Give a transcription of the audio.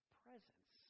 presence